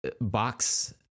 box